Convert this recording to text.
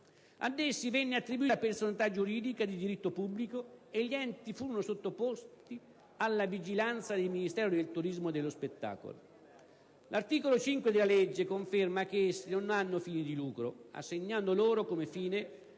Ad essi venne attribuita personalità giuridica di diritto pubblico e gli enti furono sottoposti alla vigilanza del Ministero del turismo e dello spettacolo. L'articolo 5 della legge conferma che essi non hanno fini di lucro, assegnando loro come fine